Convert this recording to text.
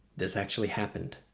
this actually happened.